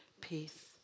peace